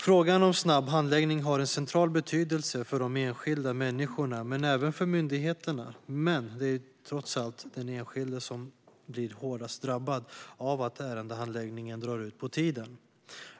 Frågan om snabb handläggning har en central betydelse för de enskilda människorna men även för myndigheterna. Det är dock trots allt den enskilde som drabbas hårdast av att ärendehandläggningen drar ut på tiden.